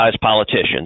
politicians